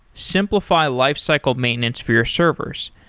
simplify life cycle maintenance for your servers.